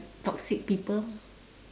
toxic people